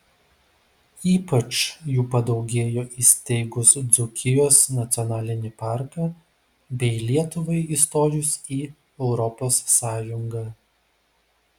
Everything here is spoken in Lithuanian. ypač jų padaugėjo įsteigus dzūkijos nacionalinį parką bei lietuvai įstojus į europos sąjungą